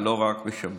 ולא רק בשבת.